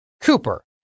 Cooper